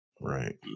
Right